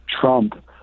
trump